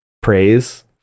praise